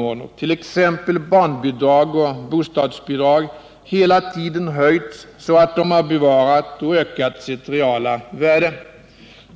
har hela tiden höjts så att de bevarat och ökat sitt reala värde.